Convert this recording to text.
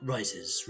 Rises